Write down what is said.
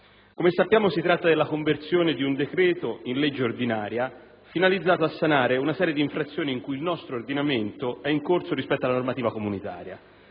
Come è noto, si tratta della conversione di un decreto-legge finalizzato a sanare una serie di infrazioni in cui il nostro ordinamento è incorso rispetto alla normativa comunitaria.